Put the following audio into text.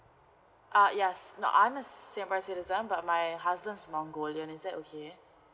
uh yes no I'm a singapore citizen but my husband's mongolian is that okay